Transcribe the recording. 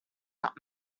not